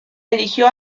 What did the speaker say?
eligió